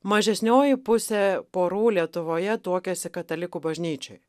mažesnioji pusė porų lietuvoje tuokiasi katalikų bažnyčioj